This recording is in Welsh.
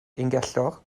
ungellog